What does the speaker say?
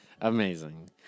Amazing